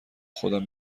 خودم